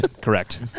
Correct